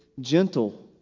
gentle